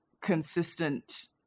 consistent